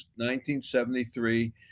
1973